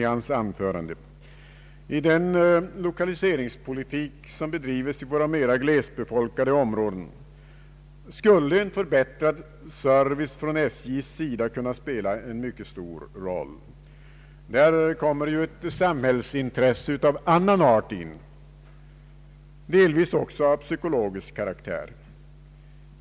I den lokaliseringspolitik som bedrivs i våra mera glesbefolkade områden skulle en förbättrad service från SJ:s sida spela en mycket stor roll. Där kommer ju ett samhällsintresse av annan art in, delvis också av psykologisk karaktär.